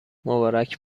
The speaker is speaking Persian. مبارک